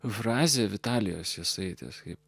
frazę vitalijos jisai tas kaip